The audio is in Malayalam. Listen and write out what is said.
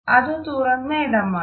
അത് തുറന്ന ഇടമാണ്